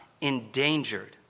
endangered